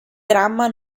dramma